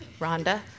Rhonda